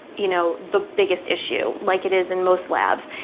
you know the biggest issue, like it is in most labs?